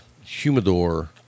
humidor